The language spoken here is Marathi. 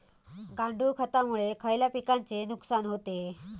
गांडूळ खतामुळे खयल्या पिकांचे नुकसान होते?